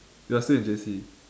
you are still in J_C